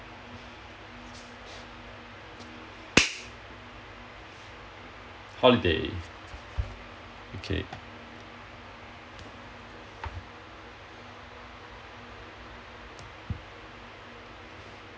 holiday okay